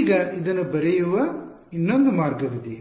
ಈಗ ಇದನ್ನು ಬರೆಯುವ ಇನ್ನೊಂದು ಮಾರ್ಗವಿದೆ